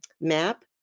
map